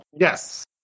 Yes